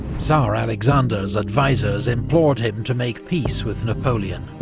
tsar alexander's advisors implored him to make peace with napoleon.